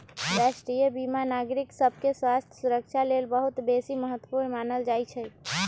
राष्ट्रीय बीमा नागरिक सभके स्वास्थ्य सुरक्षा लेल बहुत बेशी महत्वपूर्ण मानल जाइ छइ